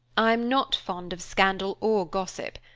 i'm not fond of scandal or gossip,